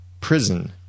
prison